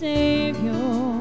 Savior